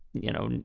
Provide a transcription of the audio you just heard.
you know.